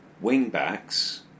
wing-backs